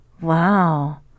Wow